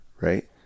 right